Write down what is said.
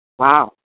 Wow